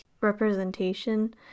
representation